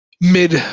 mid